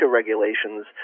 regulations